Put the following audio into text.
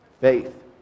Faith